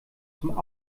zum